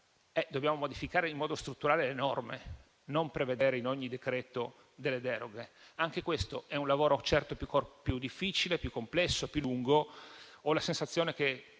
dobbiamo modificare in modo strutturale le norme e non prevedere in ogni decreto delle deroghe. Anche questo è un lavoro certo più difficile, più complesso e più lungo.